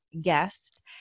guest